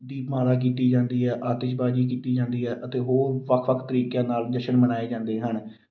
ਦੀਪਮਾਲਾ ਕੀਤੀ ਜਾਂਦੀ ਹੈ ਆਤਿਸ਼ਬਾਜ਼ੀ ਕੀਤੀ ਜਾਂਦੀ ਹੈ ਅਤੇ ਹੋਰ ਵੱਖ ਵੱਖ ਤਰੀਕਿਆਂ ਨਾਲ ਜਸ਼ਨ ਮਨਾਏ ਜਾਂਦੇ ਹਨ